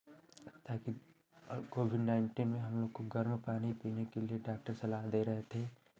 ताकि और Covid nineteen में हम लोग को गर्म पानी पीने के लिए डाक्टर सलाह दे रहे थे